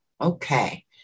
Okay